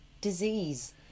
disease